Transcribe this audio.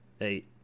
eight